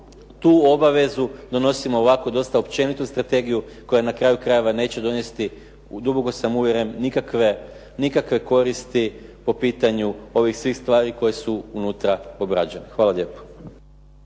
tu obavezu donosimo ovako dosta općenitu strategiju koja na kraju krajeva neće donijeti, duboko sam uvjeren, nikakve koristi po pitanju ovih svih stvari koje su unutra obrađene. Hvala lijepo.